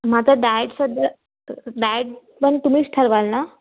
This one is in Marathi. माझा डायट सध्या डायट पण तुम्हीच ठरवाल ना